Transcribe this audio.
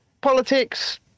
politics